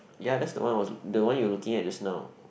ya that's the one I was the one you looking at just now